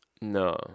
No